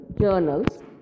journals